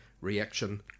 reaction